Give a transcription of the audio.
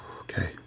Okay